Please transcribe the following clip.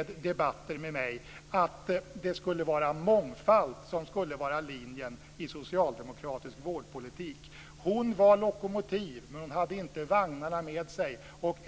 av debatter med mig, nämligen att mångfald skulle vara linjen i den socialdemokratiska vårdpolitiken. Hon var lokomotiv, men hon hade inte vagnarna med sig.